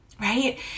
Right